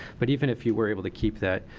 but even if you were able to keep that,